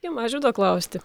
jau mažvydo klausti